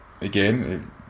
again